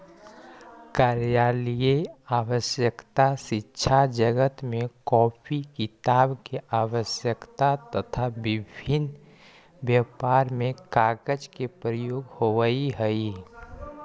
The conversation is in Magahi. कार्यालयीय आवश्यकता, शिक्षाजगत में कॉपी किताब के आवश्यकता, तथा विभिन्न व्यापार में कागज के प्रयोग होवऽ हई